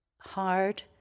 hard